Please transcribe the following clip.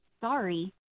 Sorry